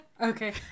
Okay